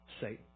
Satan